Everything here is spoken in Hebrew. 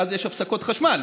ואז יש הפסקות חשמל,